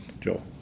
Joel